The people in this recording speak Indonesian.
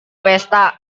pesta